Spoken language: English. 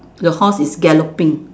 the horse is galloping